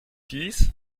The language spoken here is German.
dies